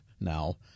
now